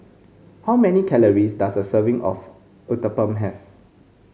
how many calories does a serving of Uthapam have